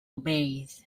obeys